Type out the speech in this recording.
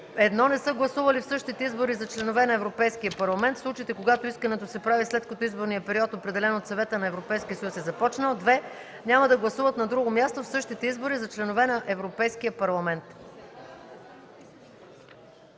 1. не са гласували в същите избори за членове на Европейския парламент – в случаите, когато искането се прави, след като изборният период, определен от Съвета на Европейския съюз е започнал; 2. няма да гласуват на друго място в същите избори за членове на Европейския парламент”.